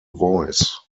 voice